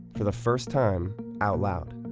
for the first time, out loud.